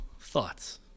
thoughts